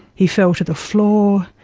he fell to the floor.